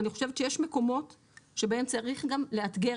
אני חושבת שיש מקומות שבהם צריך גם לאתגר